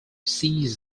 seize